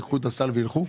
ייקחו את סל הקליטה וילכו?